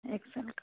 एक साल का